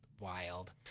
wild